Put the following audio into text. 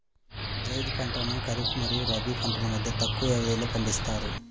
జైద్ పంటలను ఖరీఫ్ మరియు రబీ పంటల మధ్య తక్కువ వ్యవధిలో పండిస్తారు